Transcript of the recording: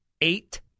eight